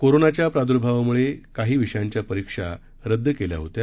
कोरोनाच्या प्राद्र्भावाम्ळे काही विषयांच्या परीक्षा रद्द केल्या होत्या